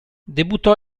debuttò